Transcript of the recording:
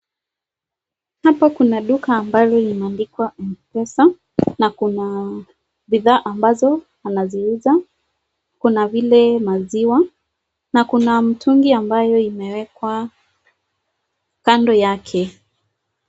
Hapa Kuna duka ambalo imeandikwa mpesa na Kuna bidhaa ambazo anaziuza Kuna vile maziwa na kuna mitungi ambayo imeekwa kando yake